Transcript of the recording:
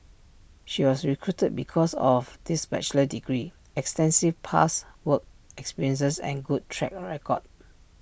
she was recruited because of this bachelor's degree extensive past work experience and good track record